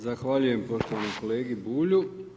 Zahvaljujem poštovanom kolegi Bulju.